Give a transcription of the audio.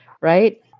right